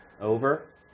over